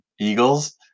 Eagles